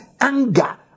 anger